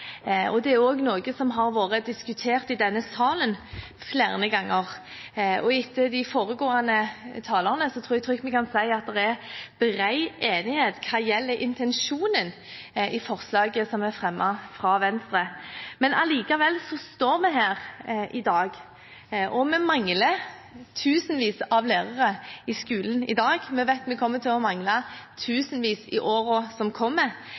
og det er også noe som har vært diskutert i denne salen flere ganger. Etter de foregående talerne tror jeg vi trygt kan si at det er bred enighet hva gjelder intensjonen i forslaget som er fremmet av Venstre. Allikevel står vi her i dag og mangler tusenvis av lærere i skolen. Vi vet at vi kommer til å mangle tusenvis i årene som kommer,